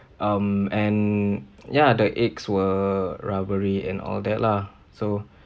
um and ya the eggs were rubbery and all that lah so